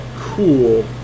cool